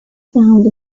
found